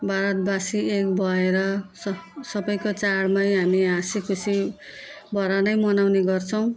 भारतवासी एक भएर स सबैको चाडमै हामी हाँसी खुसी भएर नै मनाउने गर्छौँ